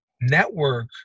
network